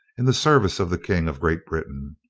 in the service of the king of great britain.